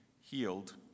healed